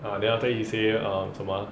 ah then after he say um 什么 ah